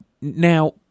Now